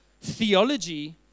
theology